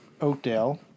Oakdale